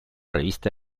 revista